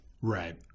Right